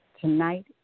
Tonight